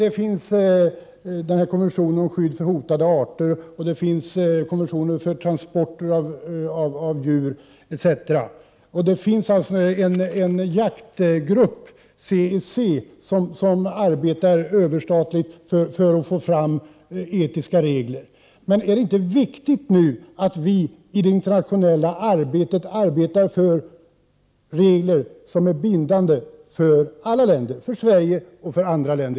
Det finns en konvention om skydd för hotade arter, och det finns en konvention om transport av djur etc. Det finns en jaktgrupp, CEC, som arbetar överstatligt för att få fram etiska regler. Men är det inte viktigt att vi internationellt arbetar för regler som är bindande för alla länder, för Sverige och andra länder?